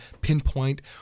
pinpoint